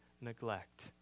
neglect